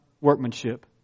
workmanship